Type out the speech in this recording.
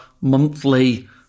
monthly